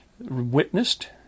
witnessed